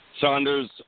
Saunders